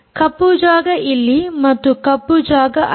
ಕಪ್ಪು ಜಾಗ ಇಲ್ಲಿ ಮತ್ತು ಕಪ್ಪು ಜಾಗ ಅಲ್ಲಿ